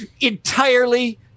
entirely